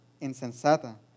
insensata